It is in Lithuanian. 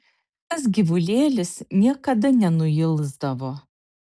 tas gyvulėlis niekada nenuilsdavo